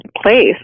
place